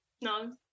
no